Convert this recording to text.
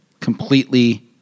completely